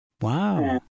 Wow